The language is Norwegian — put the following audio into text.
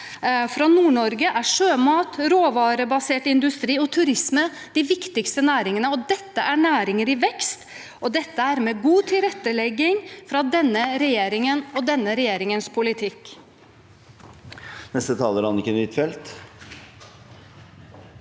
For Nord-Norge er sjømat, råvarebasert industri og turisme de viktigste næringene. Dette er næringer i vekst, og det er med god tilrettelegging fra denne regjeringen med denne regjeringens politikk.